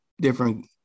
different